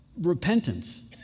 repentance